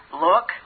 look